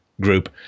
Group